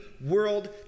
world